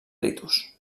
ritus